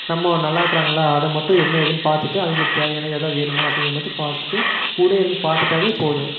நம்ம நல்லா இருக்கிறாங்களா அத மட்டும் என்ன ஏதுன் பார்த்துட்டு அவங்களுக்கு தேவையானது எதாது வேணுமா அப்படிங்கிறத மட்டும் பார்த்துட்டு கூடயே இருந்து பார்த்துட்டாவே போதும்